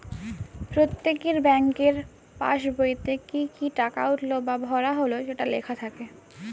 প্রত্যেকের ব্যাংকের পাসবইতে কি কি টাকা উঠলো বা ভরা হলো সেটা লেখা থাকে